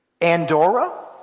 Andorra